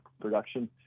production